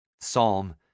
Psalm